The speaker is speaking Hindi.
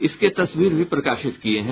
इसके तस्वीर भी प्रकाशित किये हैं